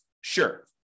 Sure